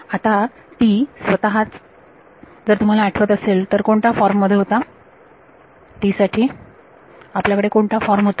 आता T स्वतःच जर तुम्हाला आठवत असेल तर कोणता फॉर्म मध्ये होता T साठी आपल्याकडे कोणता फॉर्म होता